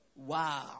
Wow